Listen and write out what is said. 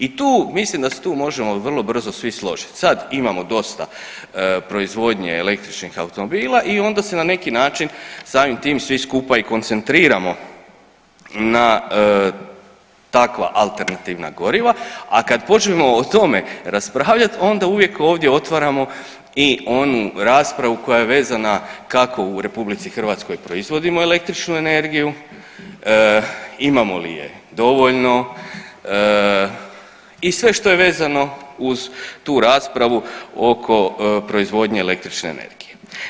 I tu, mislim da se tu možemo vrlo brzo svi složit, sad imamo dosta proizvodnje električnih automobila i onda se na neki način samim tim svi skupa i koncentriramo na takva alternativna goriva, a kad počnemo o tome raspravljat onda uvijek ovdje otvaramo i onu raspravu koja je vezana kako u RH proizvodimo električnu energiju, imamo li je dovoljno i sve što je vezano uz tu raspravu oko proizvodnje električne energije.